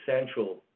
essential